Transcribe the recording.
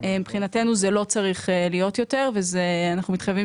מבחינתנו זה לא צריך להיות יותר ואנחנו מתחייבים